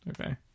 Okay